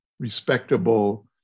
respectable